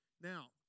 Now